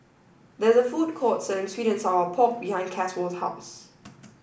there is a food court selling Sweet and Sour Pork behind Caswell's house